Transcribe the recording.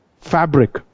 fabric